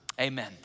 Amen